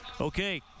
okay